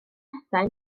pethau